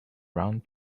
round